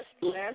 last